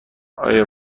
آیا